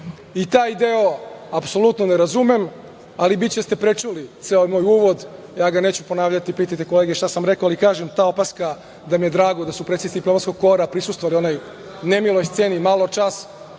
i taj deo apsolutno ne razumem, ali biće da ste prečuli ceo moj uvod. Ja ga neću ponavljati, pitajte kolege šta sam rekao, ali, kažem, ta opaska da mi je drago da su predstavnici diplomatskog kora prisustvovali onoj nemiloj sceni maločas